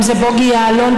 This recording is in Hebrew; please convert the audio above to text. אם זה בוגי יעלון.